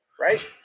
right